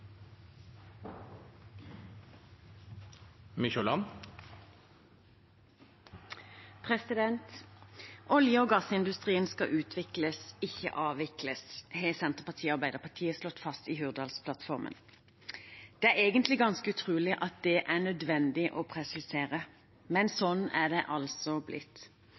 avvikles, har Senterpartiet og Arbeiderpartiet slått fast i Hurdalsplattformen. Det er egentlig ganske utrolig at det er nødvendig å presisere, men sånn har det altså blitt.